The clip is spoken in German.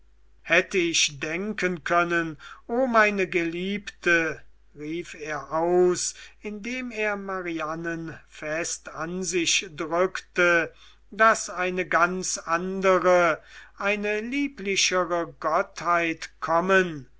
hätte ich denken können o meine geliebte rief er aus indem er marianen fest an sich drückte daß eine ganz andere eine lieblichere gottheit kommen